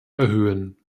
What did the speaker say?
erhöhen